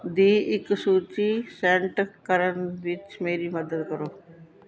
ਦੀ ਇੱਕ ਸੂਚੀ ਸੈੱਟ ਕਰਨ ਵਿੱਚ ਮੇਰੀ ਮਦਦ ਕਰੋ